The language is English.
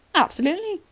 absolutely.